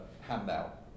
handout